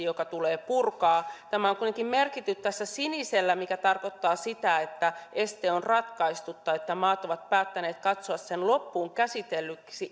joka tulee purkaa tämä on kuitenkin merkitty tässä sinisellä mikä tarkoittaa sitä että este on ratkaistu tai että maat ovat päättäneet katsoa sen loppuun käsitellyksi